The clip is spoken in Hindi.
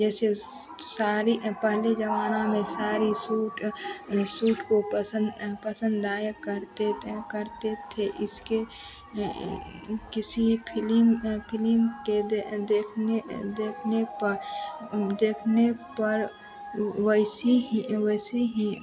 जैसे उस सारी पहले ज़माना में साड़ी सूट सूट को पसंद पसंदायक करते करते थे इसके किसी फिलिम फिलिम के दे देखने देखने पर देखने पर वैसी ही वैसी ही